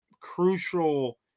crucial